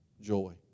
joy